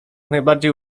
najbardziej